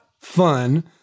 fun